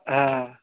হ্যাঁ